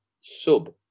sub